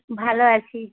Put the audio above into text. ভালো আছি